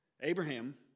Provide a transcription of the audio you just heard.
Abraham